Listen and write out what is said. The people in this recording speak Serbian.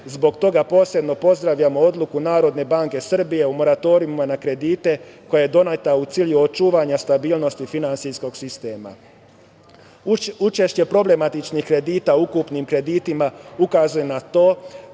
Zbog toga posebno pozdravljam odluku NBS o moratorijumima na kredite, koja je doneta u cilju očuvanja stabilnosti finansijskog sistema. Učešće problematičnih kredita u ukupnim kreditima ukazuje na to